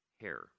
hair